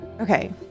okay